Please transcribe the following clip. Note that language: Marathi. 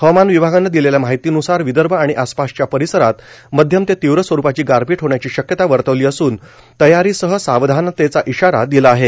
हवामान विभागानं दिलेल्या माहितीनुसार विदर्भ आणि आसपासच्या परिसरात मध्यम ते तीव्र स्वरूपाची गारपीट होण्याची शक्यता वर्तवली असून तयारीसह सावधानतेचा इशारा दिला आहे